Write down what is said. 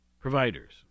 providers